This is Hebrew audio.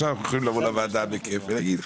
עכשיו אנחנו יכולים לבוא לוועדה בכיף ולהגיד,